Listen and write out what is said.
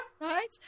Right